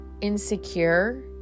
insecure